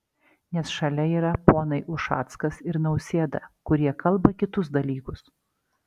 nes šalia yra ponai ušackas ir nausėda kurie kalba kitus dalykus